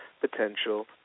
potential